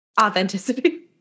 authenticity